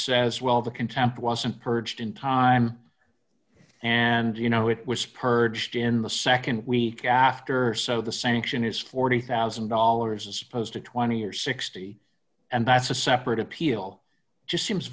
says well the contempt wasn't purged in time and you know it was purged in the nd week after so the sanction is forty thousand dollars as opposed to twenty or sixty and that's a separate appeal just seems